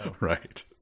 Right